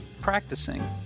practicing